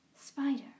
Spider